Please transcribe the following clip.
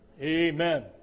Amen